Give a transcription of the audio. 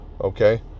Okay